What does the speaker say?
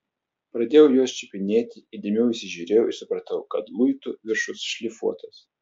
pradėjau juos čiupinėti įdėmiau įsižiūrėjau ir supratau kad luitų viršus šlifuotas